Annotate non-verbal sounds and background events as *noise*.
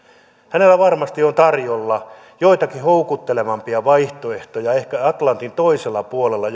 hänelle varmasti on tarjolla joitakin houkuttelevampia vaihtoehtoja ehkä atlantin toisella puolella *unintelligible*